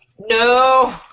No